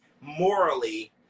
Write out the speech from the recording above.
morally